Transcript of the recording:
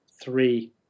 three